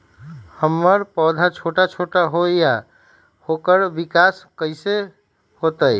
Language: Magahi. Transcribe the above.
हमर पौधा छोटा छोटा होईया ओकर विकास कईसे होतई?